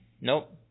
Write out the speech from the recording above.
Nope